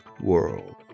World